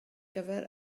gyfer